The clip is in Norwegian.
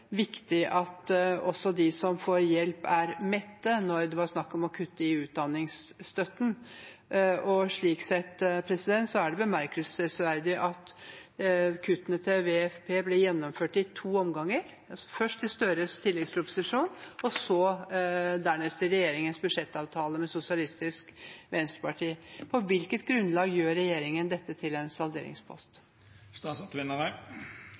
var snakk om å kutte i utdanningsstøtten. Slik sett er det bemerkelsesverdig at kuttene til WFP blir gjennomført i to omganger, først i Støres tilleggsproposisjon og dernest i regjeringens budsjettavtale med Sosialistisk Venstreparti. På hvilket grunnlag gjør regjeringen dette til en